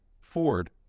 Ford